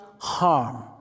harm